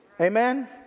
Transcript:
Amen